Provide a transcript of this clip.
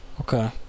Okay